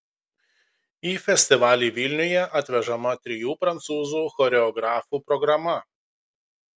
į festivalį vilniuje atvežama trijų prancūzų choreografų programa